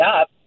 up